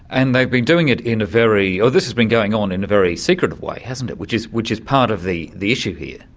and they've been doing it in a very. this has been going on in a very secretive way, hasn't it, which is which is part of the the issue here.